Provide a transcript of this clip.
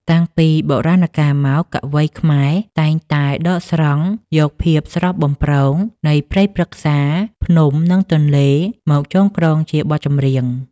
តាំងពីបុរាណកាលមក កវីខ្មែរតែងតែដកស្រង់យកភាពស្រស់បំព្រងនៃព្រៃព្រឹក្សា ភ្នំ និងទន្លេ មកចងក្រងជាបទចម្រៀង។